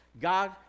God